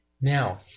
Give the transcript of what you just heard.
Now